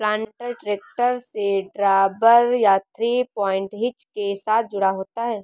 planter tractor से drawbar या three point hitch के साथ जुड़ा होता है